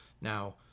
Now